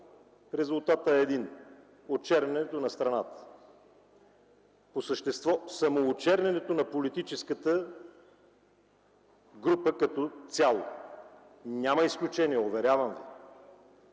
Резултатът е един: очернянето на страната! По същество – самоочернянето на политическата група като цяло. Няма изключения, уверявам ви!